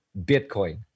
Bitcoin